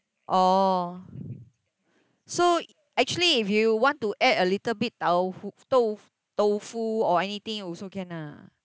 oh so actually if you want to add a little bit taofu to~ tofu or anything also can lah